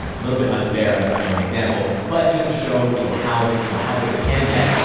a little bit unfair of you know of an example. but just to show you know how you know how good it can get.